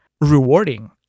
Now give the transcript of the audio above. rewarding